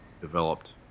developed